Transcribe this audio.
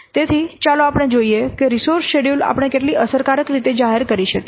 તેથી ચાલો આપણે જોઈએ કે રિસોર્સ શેડ્યૂલ આપણે કેટલી અસરકારક રીતે જાહેર કરી શકીએ